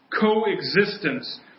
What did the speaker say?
coexistence